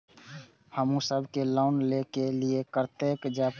हमू सब के लोन ले के लीऐ कते जा परतें?